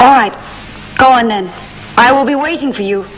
are right oh and then i will be waiting for you